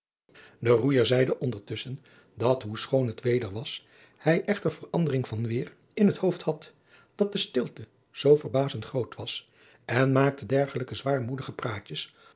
de roeijer zeide ondertusschen dat hoe schoon het weder was hij echter verandering van weêr in het hoofd had dat de stilte adriaan loosjes pzn het leven van maurits lijnslager zoo verbazend groot was en maakte dergelijke zwaarmoedige praatjes